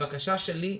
הבקשה שלי,